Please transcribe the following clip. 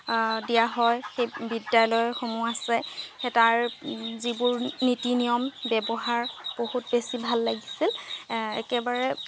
দিয়া হয় সেই বিদ্যালয়সমূহ আছে সেই তাৰ যিবোৰ নীতি নিয়ম ব্যৱহাৰ বহুত বেছি ভাল লাগিছিল একেবাৰে